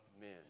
men